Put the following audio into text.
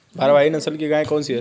भारवाही नस्ल की गायें कौन सी हैं?